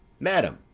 madam,